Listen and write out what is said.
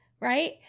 Right